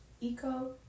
eco